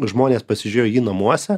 žmonės pasižiūrėjo jį namuose